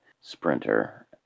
sprinter